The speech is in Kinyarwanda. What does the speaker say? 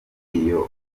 iyo